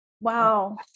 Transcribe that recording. Wow